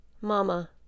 mama